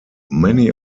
many